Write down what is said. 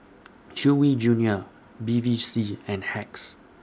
Chewy Junior Bevy C and Hacks